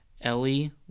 Ellie